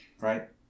right